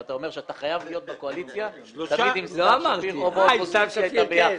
אם אתה אומר שאתה חייב להיות בקואליציה להיות עם סתיו שפיר ביחד.